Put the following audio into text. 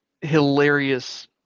hilarious